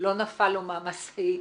לא נפל לו מהמשאית,